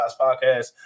Podcast